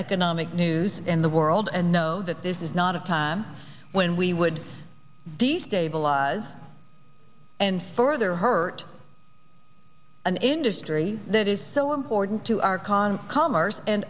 economic news in the world and know that this is not a time when we would destabilize and further hurt an industry that is so important to our current commerce and